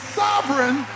sovereign